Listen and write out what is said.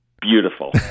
Beautiful